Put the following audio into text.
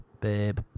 Babe